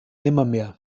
nimmermehr